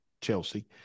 Chelsea